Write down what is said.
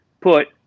put